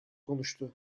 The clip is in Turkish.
konuştu